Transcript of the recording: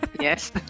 yes